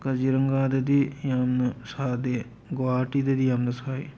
ꯀꯖꯤꯔꯪꯒꯥꯗꯗꯤ ꯌꯥꯝꯅ ꯁꯥꯗꯦ ꯒꯨꯍꯥꯇꯤꯗꯗꯤ ꯌꯥꯝꯅ ꯁꯥꯏ